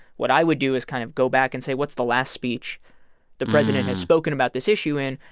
what i would do is kind of go back and say, what's the last speech the president has spoken about this issue in?